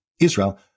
Israel